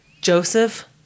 Joseph